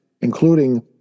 including